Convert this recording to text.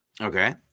okay